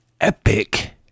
epic